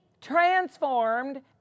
transformed